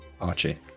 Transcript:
archie